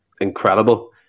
incredible